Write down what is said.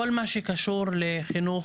כל מה שקשור לחינוך,